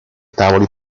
tavoli